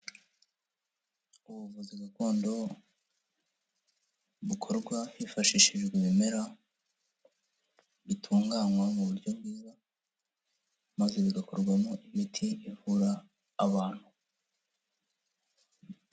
Ubuvuzi gakondo bukorwa hifashishijwe ibimera bitunganywa mu buryo bwiza, maze bigakorwamo imiti ivura abantu.